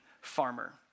farmer